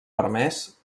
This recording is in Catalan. permès